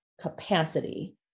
capacity